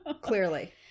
Clearly